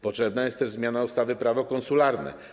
Potrzebna jest też zmiana ustawy - Prawo konsularne.